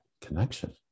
connection